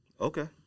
Okay